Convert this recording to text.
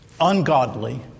ungodly